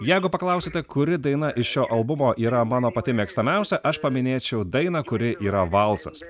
jeigu paklausite kuri daina iš šio albumo yra mano pati mėgstamiausia aš paminėčiau dainą kuri yra valsas